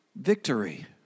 Victory